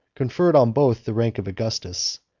conferred on both the rank of augustus,